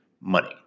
money